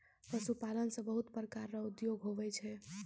पशुपालन से बहुत प्रकार रो उद्योग हुवै छै